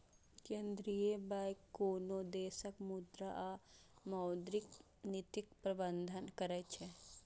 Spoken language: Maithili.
केंद्रीय बैंक कोनो देशक मुद्रा और मौद्रिक नीतिक प्रबंधन करै छै